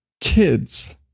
kids